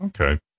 Okay